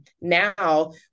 Now